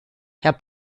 herr